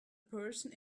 person